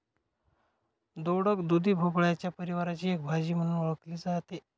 दोडक, दुधी भोपळ्याच्या परिवाराची एक भाजी म्हणून ओळखली जाते